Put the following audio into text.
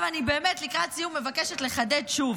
לקראת סיום אני מבקשת לחדד שוב,